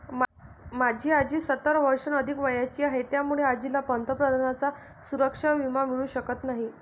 माझी आजी सत्तर वर्षांहून अधिक वयाची आहे, त्यामुळे आजीला पंतप्रधानांचा सुरक्षा विमा मिळू शकत नाही